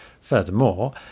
furthermore